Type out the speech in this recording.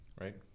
right